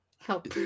Help